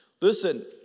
Listen